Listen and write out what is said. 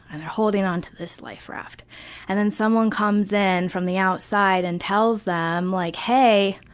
and they're holding on to this life raft and then someone comes in from the outside and tells them like, hey,